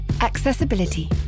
Accessibility